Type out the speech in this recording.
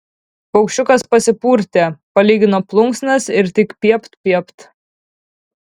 paukščiukas pasipurtė palygino plunksnas ir tik piept piept